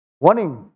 warning